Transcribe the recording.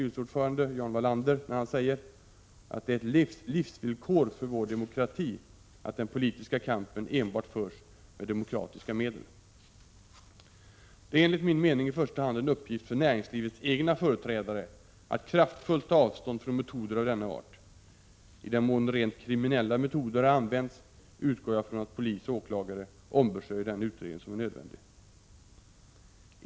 1986 7: 7: ; 8 å É löntagarfonderna företrädare att kraftfullt ta avstånd från metoder av denna art. I den mån rent kriminella metoder har använts utgår jag från att polis eller åklagare ombesörjer den utredning som är nödvändig.